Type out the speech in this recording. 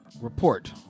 report